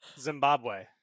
Zimbabwe